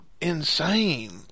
insane